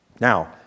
Now